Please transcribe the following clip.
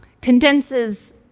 condenses